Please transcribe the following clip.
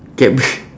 cadbu~